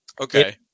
Okay